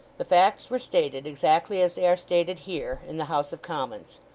the facts were stated, exactly as they are stated here, in the house of commons.